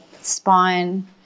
spine